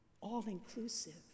all-inclusive